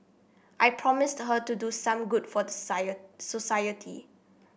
I promised her to do some good for society